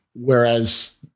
Whereas